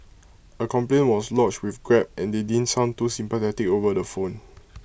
A complaint was lodged with grab and they didn't sound too sympathetic over the phone